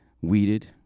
weeded